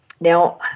Now